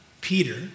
Peter